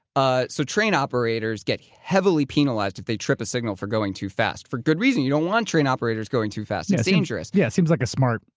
ah so train operators get heavily penalized if they trip a signal for going too fast, for good reason, you don't want train operators going too fast. and it's dangerous. yeah, it seems like a smart